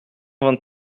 vingt